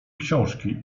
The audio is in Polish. książki